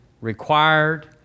required